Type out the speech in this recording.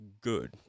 good